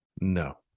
No